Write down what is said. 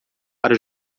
para